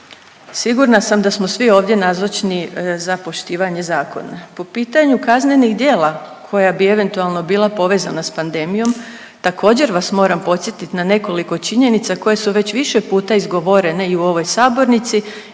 Sigurna sam da smo svi ovdje nazočni za poštivanje zakona. Po pitanju kaznenih djela koja bi eventualno bila povezana s pandemijom također vas moram podsjetit na nekoliko činjenica koje su već više puta izgovorene i u ovoj sabornici